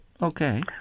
Okay